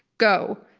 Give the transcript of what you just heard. go.